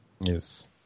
Yes